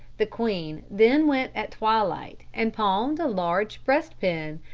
the queen then went at twilight and pawned a large breastpin,